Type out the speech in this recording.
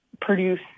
produce